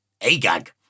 Agag